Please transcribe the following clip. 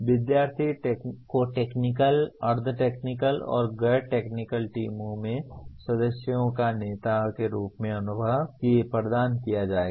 विद्यार्थी को टेक्निकल अर्ध टेक्निकल और गैर टेक्निकल टीमों में सदस्यों या नेताओं के रूप में अनुभव प्रदान किया जाना चाहिए